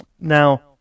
Now